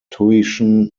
tuition